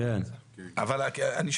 לא, יש